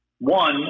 one